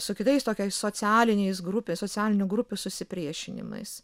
su kitais tokiais socialiniais grupės socialinių grupių susipriešinimais